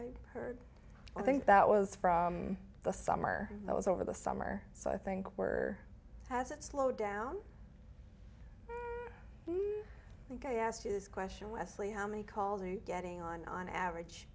i heard i think that was from the summer it was over the summer so i think where has it slowed down do you think i asked you this question wesley how many calls are you getting on on average